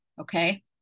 Okay